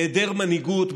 בהיעדר מנהיגות,